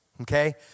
okay